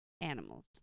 animals